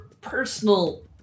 personal